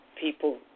people